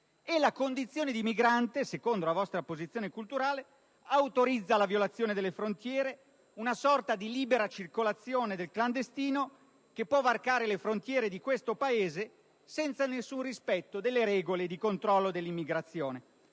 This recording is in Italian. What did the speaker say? E la condizione di migrante, secondo la vostra posizione culturale, autorizza la violazione delle frontiere, quasi vi fosse una sorta di libera circolazione del clandestino che può varcare le frontiere di questo Paese senza alcun rispetto per le regole di controllo dell'immigrazione.